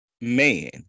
man